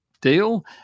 deal